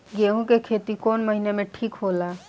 गेहूं के खेती कौन महीना में ठीक होला?